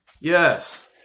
Yes